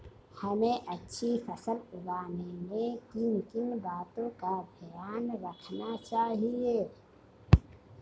हमें अच्छी फसल उगाने में किन किन बातों का ध्यान रखना चाहिए?